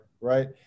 right